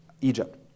Egypt